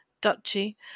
duchy